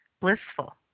blissful